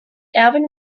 alvin